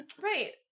Right